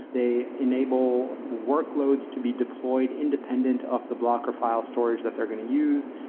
they enable workloads to be deployed independent of the blocker file storage that they're going to use.